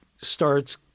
starts